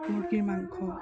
মুৰ্গীৰ মাংস